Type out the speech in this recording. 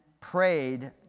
prayed